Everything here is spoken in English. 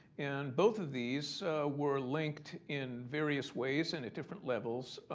and both of these were linked in various ways, and at different levels,